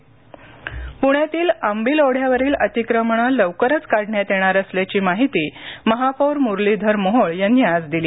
अतिक्रमण प्ण्यातील आंबील ओढ्यावरील अतिक्रमणं लवकरच काढण्यात येणार असल्याची माहिती महापौर मुरलीधर मोहोळ यांनी आज दिली